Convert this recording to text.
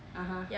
(uh huh)